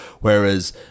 Whereas